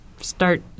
start